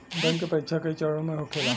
bank के परीक्षा कई चरणों में होखेला